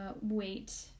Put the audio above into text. wait